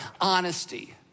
honesty